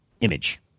Image